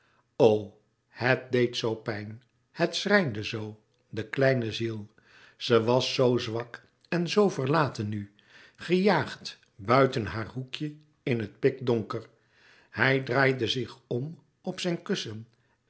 het deed zoo pijn het schrijnde zoo de kleine ziel ze was zoo zwak en zoo verlaten nu gejaagd buiten haar hoekje in het pikdonker hij draaide zich om op zijn kussen